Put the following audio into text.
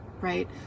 right